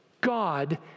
God